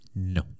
No